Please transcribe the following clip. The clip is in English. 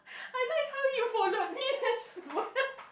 I like how you followed me as well